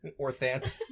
Orthant